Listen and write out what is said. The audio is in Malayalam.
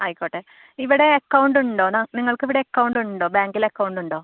ആയിക്കോട്ടെ ഇവിടെ അക്കൗണ്ട് ഉണ്ടോ ന നിങ്ങൾക്കിവിടെ അക്കൗണ്ട് ഉണ്ടോ ബാങ്കിൽ അക്കൗണ്ട് ഉണ്ടോ